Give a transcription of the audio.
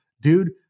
dude